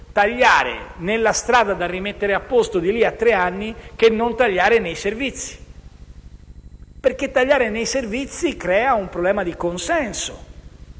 tagli sulla strada da rimettere a posto di lì a tre anni che non sui servizi, perché tagliare i servizi crea un problema di consenso.